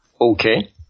Okay